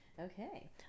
Okay